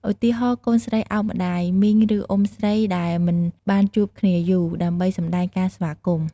ឧទាហរណ៍ កូនស្រីឱបម្ដាយ មីង ឬ អ៊ុំស្រី ដែលមិនបានជួបគ្នាយូរ ដើម្បីសម្ដែងការស្វាគមន៍។